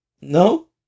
No